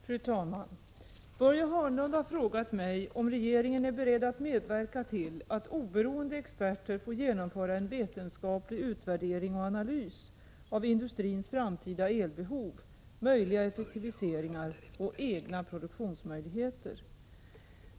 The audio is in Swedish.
Fru talman! Börje Hörnlund har frågat mig om regeringen är beredd att medverka till att oberoende experter får genomföra en vetenskaplig utvärdering och analys av industrins framtida elbehov, möjliga effektiviseringar och egna produktionsmöjligheter.